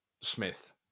Smith